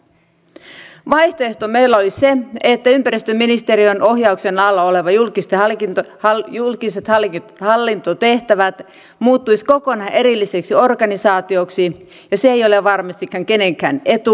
vaihtoehto meillä oli se että ympäristöministeriön ohjauksen alla olevat julkiset hallintotehtävät muuttuisivat kokonaan erilliseksi organisaatioksi ja se ei ole varmastikaan kenenkään etu